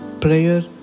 Prayer